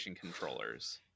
controllers